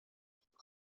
depuis